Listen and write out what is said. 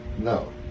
No